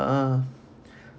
ah